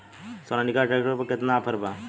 Sonalika tractor पर केतना offer बा?